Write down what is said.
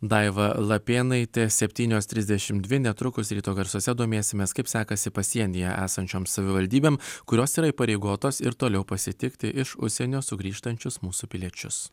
daiva lapėnaitė septynios trisdešimt dvi netrukus ryto garsuose domėsimės kaip sekasi pasienyje esančioms savivaldybėm kurios yra įpareigotos ir toliau pasitikti iš užsienio sugrįžtančius mūsų piliečius